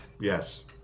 yes